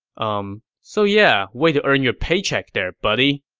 um so yeah, way to earn your paycheck there, buddy.